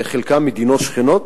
חלקן מדינות שכנות,